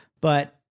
but-